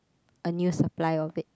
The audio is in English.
a new supply of it